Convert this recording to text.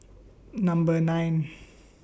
Number nine